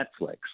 Netflix